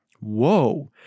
Whoa